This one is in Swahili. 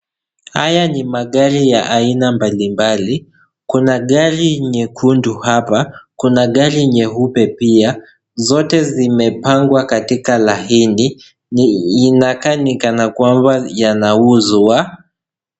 Haya ni magari ya aina mbali mbali, kuna gari nyekundu hapa, kuna gari nyeupe pia, zote zimapangwa katika laini, inakaa ni kana kwamba yanauzwa.